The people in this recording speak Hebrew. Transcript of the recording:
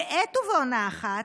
בעת ובעונה אחת,